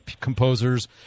composers